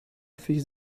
fix